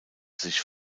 sich